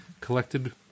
collected